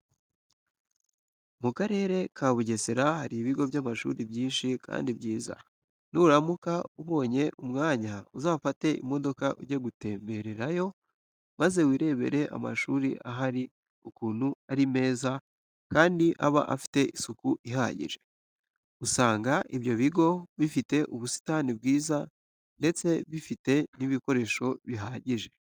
Mu Karere ka Bugesera hari ibigo by'amashuri byinshi kandi byiza. Nuramuka ubonye umwanya uzafate imodoka ujye gutembererayo maze wirebere amashuri ahari ukuntu ari meza kandi aba afite isuku ihagije. Usanga ibyo bigo bifite ubusitani bwiza ndetse bifite n'ibikoresho bihagije.